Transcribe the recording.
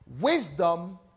wisdom